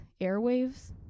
airwaves